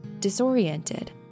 disoriented